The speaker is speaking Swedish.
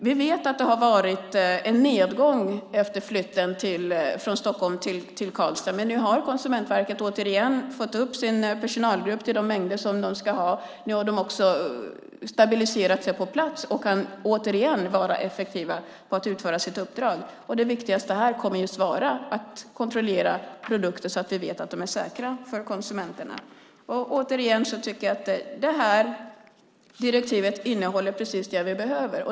Vi vet att det har varit en nedgång efter flytten från Stockholm till Karlstad, men nu har Konsumentverket återigen fått upp sin personalgrupp till den storlek som den ska ha. Nu har de också stabiliserat sig på plats och kan återigen vara effektiva i att utföra sitt uppdrag. Det viktigaste här kommer just att vara att kontrollera produkter så att vi vet att de är säkra för konsumenterna. Återigen tycker jag att det här direktivet innehåller precis det vi behöver.